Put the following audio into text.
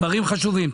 דברים חשובים.